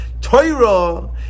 Torah